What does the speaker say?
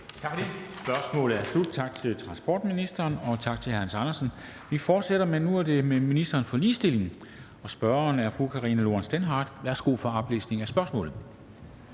er spørgsmålet slut. Tak til transportministeren, og tak til hr. Hans Andersen. Vi fortsætter, men nu er det med ministeren for ligestilling, og spørgeren er fru Karina Lorentzen Dehnhardt. Kl. 13:44 Spm. nr. S 530 (omtrykt)